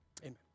Amen